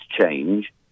change